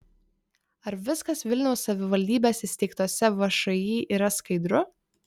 ar viskas vilniaus savivaldybės įsteigtose všį yra skaidru